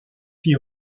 fit